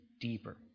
deeper